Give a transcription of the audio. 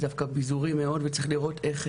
זה דווקא ביזורי מאוד וצריך לראות איך